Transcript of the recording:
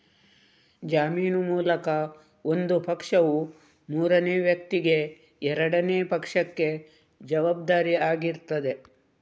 ಜಾಮೀನು ಮೂಲಕ ಒಂದು ಪಕ್ಷವು ಮೂರನೇ ವ್ಯಕ್ತಿಗೆ ಎರಡನೇ ಪಕ್ಷಕ್ಕೆ ಜವಾಬ್ದಾರಿ ಆಗಿರ್ತದೆ